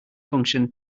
function